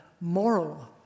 moral